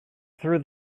through